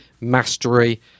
mastery